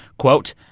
quote,